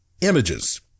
images